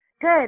Good